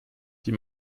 die